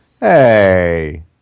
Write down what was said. Hey